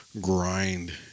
grind